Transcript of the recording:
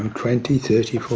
um twenty, thirty,